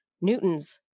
Newton's